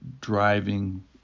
driving